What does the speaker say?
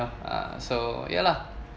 uh so ya lah